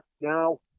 now